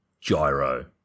Gyro